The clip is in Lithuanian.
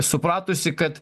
supratusi kad